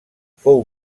fou